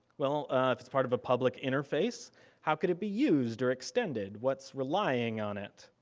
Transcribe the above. well, if it's part of a public interface how can it be used or extended? what's relying on it?